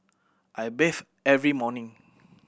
I bathe every morning